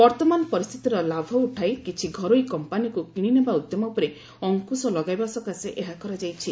ବର୍ଭମାନ ପରିସ୍ଥିତିର ଲାଭ ଉଠାଇ କିଛି ଘରୋଇ କମ୍ପାନିକୁ କିଣିନେବା ଉଦ୍ୟମ ଉପରେ ଅଙ୍କୁଶ ଲଗାଇବା ସକାଶେ ଏହା କରାଯାଇଛି